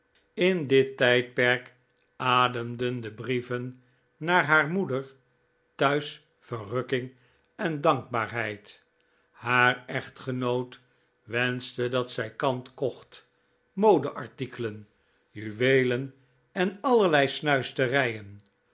in dit tijdperk ademden de brieven naar haar moeder thuis verrukking en dankbaarheid haar echtgenoot wenschte dat zij leant kocht modeartikelen juweelen en allerlei snuisterijen